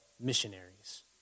missionaries